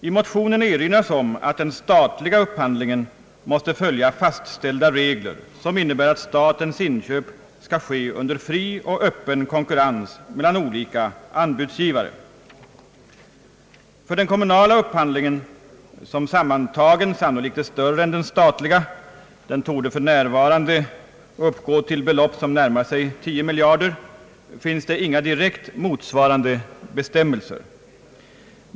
I motionen erinras om att den statliga upphandlingen måste följa fastställda regler, som innebär att statens inköp skall ske under fri och öppen konkurrens mellan olika anbudsgivare. För den kommunala upphandlingen, som sammantagen sannolikt är större än den statliga — den torde för närvarande uppgå till belopp som närmar sig 10 miljarder kronor — finns det inga direkt motsvarande bestämmelser.